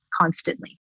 constantly